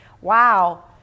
wow